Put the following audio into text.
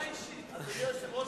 אדוני היושב-ראש